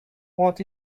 want